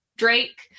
Drake